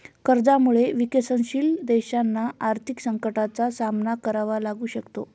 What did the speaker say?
कर्जामुळे विकसनशील देशांना आर्थिक संकटाचा सामना करावा लागू शकतो